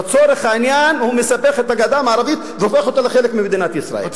לצורך העניין הוא מספח את הגדה המערבית והופך אותה לחלק ממדינת ישראל.